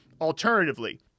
Alternatively